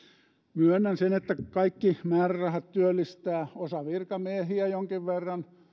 myönnän sen että kaikki määrärahat työllistävät osa virkamiehiä jonkin verran